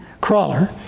crawler